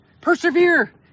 Persevere